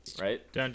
right